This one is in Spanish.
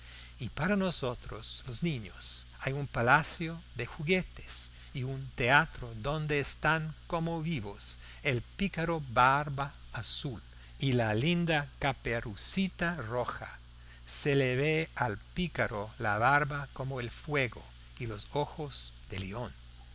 y para nosotros los niños hay un palacio de juguetes y un teatro donde están como vivos el pícaro barba azul y la linda caperucita roja se le ve al pícaro la barba como el fuego y los ojos de león